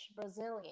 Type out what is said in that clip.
Brazilian